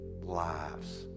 lives